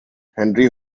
henry